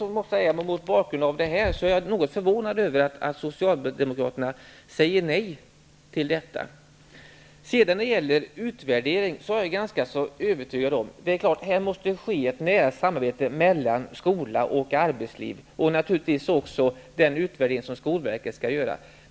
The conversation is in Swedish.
Mot bakgrund av detta är jag något förvånad över att Socialdemokraterna säger nej till detta. När det gäller utvärdering måste det ske ett nära samarbete mellan skola och arbetsliv och naturligtvis även med den utvärdering som skolverket skall göra.